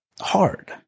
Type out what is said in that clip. hard